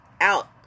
out